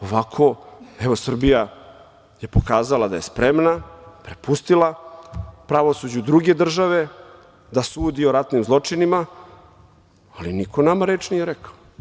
Ovako, evo, Srbija je pokazala da je spremna, prepustila pravosuđu druge države da sudi o ratnim zločinima, ali niko nama reč nije rekao.